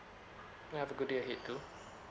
you have a good day ahead too